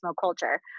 culture